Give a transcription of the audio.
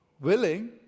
Willing